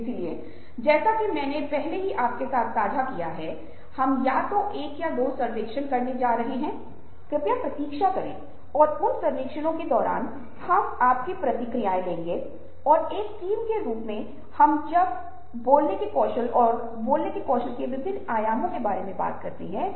और एक बार जब आप खुद को बेहतर ढंग से प्रबंधित करने में सक्षम हो जाते हैं तो आप बेहतर प्रबंधन की दिशा में पहला कदम उठाने की स्थिति में होते हैं लेकिन अन्य लोगों को बेहतर ढंग से समझते और फिर जाहिर है बेहतर प्रबंधन की दिशा में आगे बढ़ते हैं